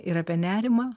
ir apie nerimą